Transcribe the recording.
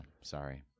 Sorry